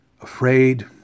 afraid